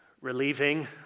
relieving